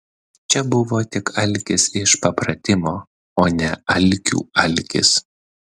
čia buvo tik alkis iš papratimo o ne alkių alkis